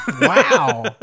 Wow